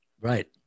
right